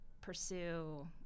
pursue